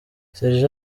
sergent